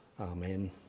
Amen